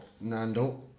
Nando